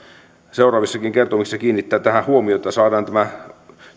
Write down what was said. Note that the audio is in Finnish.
seuraavissakin kertomuksissa kiinnittää tähän huomiota jotta saadaan tämä